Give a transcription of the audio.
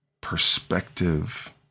perspective